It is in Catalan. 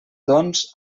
doncs